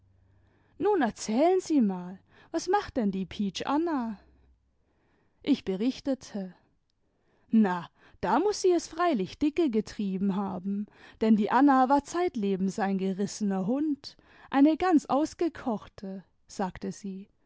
nun erzählen sie mal was macht denn die pietsch anna ich berichtete na da muß sie es freilich dicke getrieben haben denn die anna war zeitlebens ein gerissener hund eine ganz ausgekochte sagte sie